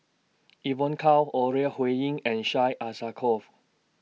Evon Kow Ore Huiying and Syed Alsagoff